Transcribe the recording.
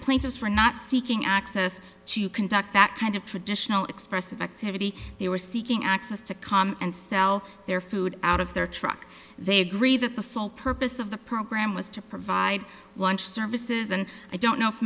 places for not seeking access to conduct that kind of traditional expressive activity they were seeking access to calm and sell their food out of their truck they agree that the sole purpose of the program was to provide launch services and i don't know if